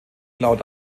laut